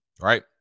Right